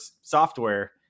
software